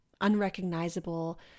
unrecognizable